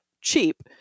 cheap